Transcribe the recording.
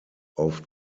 auf